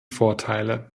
vorteile